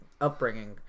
Upbringing